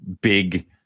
big